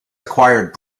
acquired